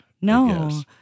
No